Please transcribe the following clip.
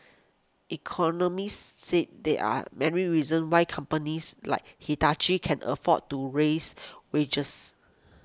economists say there are many reasons why companies like Hitachi can afford to raise wages